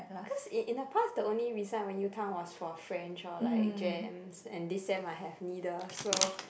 cause in in the past the only reason I went U town one was for French or like gems and this sem I have neither so